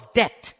debt